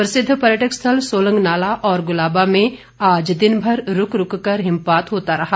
प्रसिद्ध पर्यटक स्थल सोलंग नाला और गुलाबा में आज दिनभर रूक रूक कर हिमपात होता रहा